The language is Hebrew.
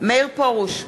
מאיר פרוש,